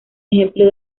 ejemplo